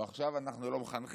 או עכשיו אנחנו לא מחנכים,